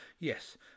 Yes